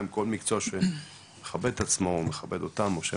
כל פעם שהייתי רוצה להתבדר ולראות כמה